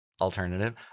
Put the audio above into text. alternative